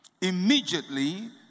Immediately